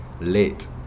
late